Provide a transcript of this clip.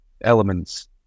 elements